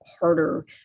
harder